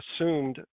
assumed